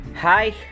hi